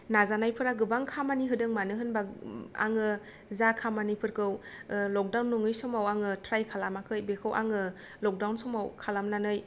नाजानायफोरा गोबां खामानि होदों मानो होनबा आङो जा खामानिफोरखौ ओ लकदाउन नङै समाव आङो त्राय खालामाखै बेखौ आङो लकदाउन समाव खालामनानै